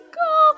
go